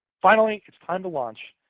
finally, it's time to launch.